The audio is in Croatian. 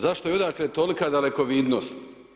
Zašto i odakle tolika dalekovidnost?